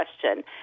question